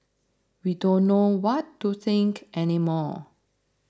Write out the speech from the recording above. we don't know what to think any more